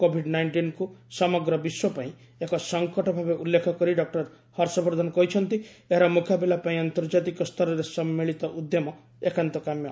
covid ନାଇଣ୍ଟିନ୍କୁ ସମଗ୍ର ବିଶ୍ୱ ପାଇଁ ଏକ ସଙ୍କଟ ଭାବେ ଉଲ୍ଲେଖ କରି ଡକୁର ହର୍ଷବର୍ଦ୍ଧନ କହିଛନ୍ତି ଏହାର ମୁକାବିଲା ପାଇଁ ଆନ୍ତର୍ଜାତିକ ସ୍ତରରେ ସମ୍ମିଳିତ ଉଦ୍ୟମ ଏକାନ୍ତ କାମ୍ୟ